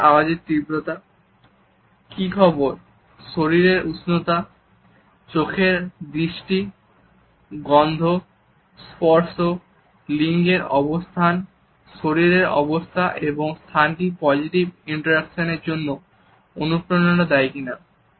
গলার আওয়াজ এর তীব্রতা কি খবর শরীরের উষ্ণতা চোখের দৃষ্টি গন্ধ স্পর্শ লিঙ্গের অবস্থান শরীরের অবস্থা এবং স্থানটি পজিটিভ ইন্টারঅ্যাকশনের জন্য অনুপ্রেরণা দেয় কিনা